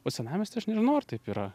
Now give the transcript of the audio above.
o senamiesty aš nežinau ar taip yra